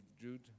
Jude